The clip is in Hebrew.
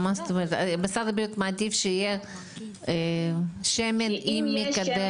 זאת אומרת שמשרד הבריאות מעדיף שיהיה שמן עם מקדם?